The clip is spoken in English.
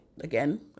again